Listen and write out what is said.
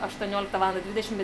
aštuonioliktą valandą dvidešimt